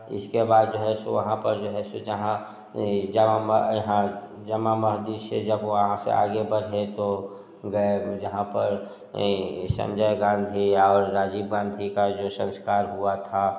इसके बाद जो है सो वहाँ पर जो है जहाँ जामा जामा मस्जिद से जब वहाँ से आगे बढ़े तो गए जहाँ पर ये संजय गाँधी और राजीव गाँधी का जो संस्कार हुआ था